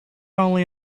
only